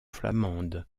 flamande